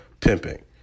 pimping